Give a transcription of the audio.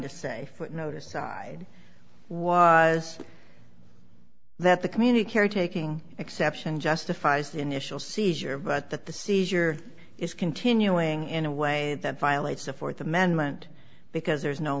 to say footnote aside was that the community care taking exception justifies the initial seizure but that the seizure is continuing in a way that violates the fourth amendment because there is no